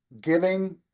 giving